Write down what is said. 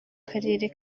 karere